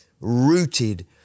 rooted